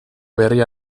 berria